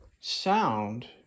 sound